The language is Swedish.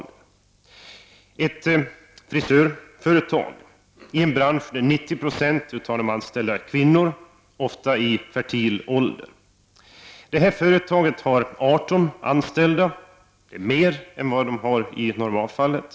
Tag som exempel ett frisörföretag, en bransch där 90 96 av de anställda är kvinnor, ofta i fertil ålder. Företaget har 18 anställda, vilket är mer än i normalfallet.